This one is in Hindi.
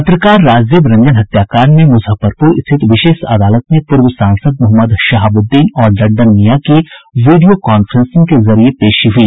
पत्रकार राजदेव रंजन हत्याकांड में मुजफ्फरपुर स्थित विशेष अदालत में पूर्व सांसद मोहम्मद शहाबुद्दीन और लड्डन मियां की वीडियो कांफ्रेंसिंग के जरिए पेशी हुई